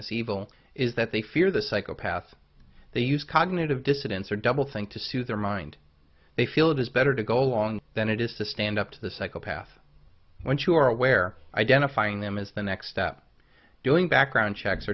this evil is that they fear the psychopaths they use cognitive dissidence or doublethink to soothe their mind they feel it is better to go along than it is to stand up to the psychopath when you are aware identifying them is the next step doing background checks